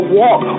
walk